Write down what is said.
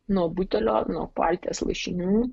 nuo butelio nuo palties lašinių